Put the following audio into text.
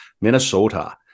Minnesota